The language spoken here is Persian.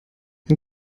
این